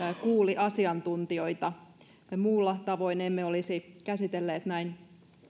kuuli asiantuntijoita muulla tavoin emme olisi käsitelleet näin